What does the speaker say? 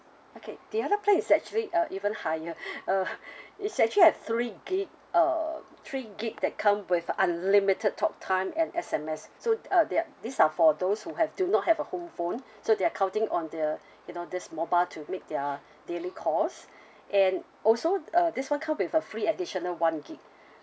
okay the other plan is actually uh even higher uh it's actually a three gig uh three gig that come with unlimited talk time and S_M_S so uh they are these are for those who have do not have a home phone so they are counting on the you know this mobile to make their daily calls and also uh this [one] come with a free additional one gig